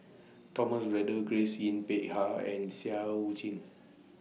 Thomas Braddell Grace Yin Peck Ha and Seah EU Chin